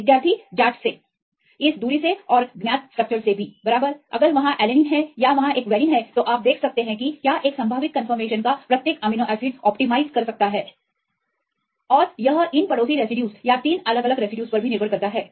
विद्यार्थी जांच से इस दूरी से सही और ज्ञात स्ट्रक्चरस से भी बराबर अगर वहाँ एलेनिन है या वहाँ एक वेलिन है या आप देख सकते हैं क्या एक संभावित कंफर्मेशन का प्रत्येक अमीनो एसिड अनुकूलन कर सकते हैं और इन पड़ोसी रेसिड्यूज या 3 अलग अलग रेसिड्यूज पर भी निर्भर करता है